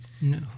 No